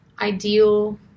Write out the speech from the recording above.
ideal